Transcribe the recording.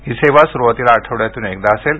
ही सेवा सुरूवातीला आठवड्यातून एकदा असेल